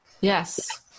yes